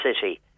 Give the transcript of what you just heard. city